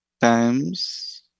times